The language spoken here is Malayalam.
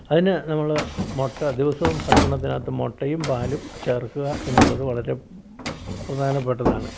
അതിന് നമ്മൾ മുട്ട ദിവസവും ഭക്ഷണത്തിനകത്ത് മുട്ടയും പാലും ചേർക്കുക എന്നുള്ളത് വളരെ പ്രധാനപ്പെട്ടതാണ്